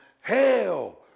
hell